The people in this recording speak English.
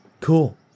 Cool